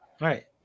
right